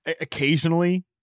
occasionally